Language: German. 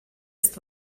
ist